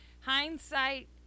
hindsight